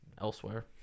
elsewhere